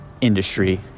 industry